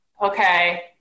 okay